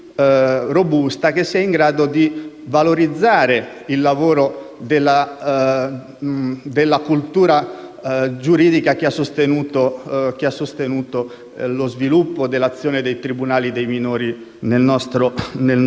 valorizzare il lavoro della cultura giuridica che ha sostenuto lo sviluppo dell'azione dei tribunali dei minori nel nostro Paese.